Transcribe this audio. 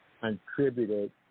contributed